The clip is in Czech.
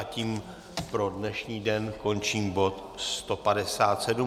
Tím pro dnešní den končím bod 157.